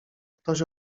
ktoś